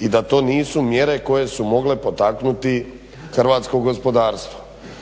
i da to nisu mjere koje su mogle potaknuti hrvatsko gospodarstvo.